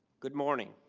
good morning